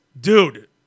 Dude